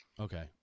okay